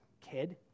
kid